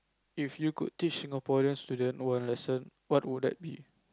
if you could teach Singaporean students one lesson what would that be